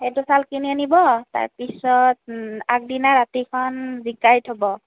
সেইটো চাউল কিনি আনিব তাৰ পিছত আগদিনা ৰাতিখন জিকাই থ'ব